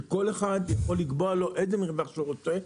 שכל אחד יוכל לתקוע לו איזה מרווח שהוא רוצה,